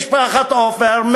משפחת עופר,